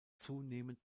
zunehmend